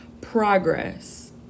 progress